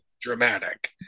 dramatic